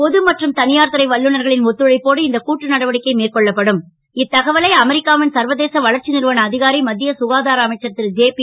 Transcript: பொது மற்றும் த யார் துறை வல்லுநர்களின் ஒத்துழைப்போடு இந்த கூட்டு நடவடிக்கை மேற்கொள்ளப்படும் இத்தகவலை அமெரிக்காவின் சர்வதேச வளர்ச்சி றுவன அ காரி மத் ய சுகாதார அமைச்சர் ருஜேயி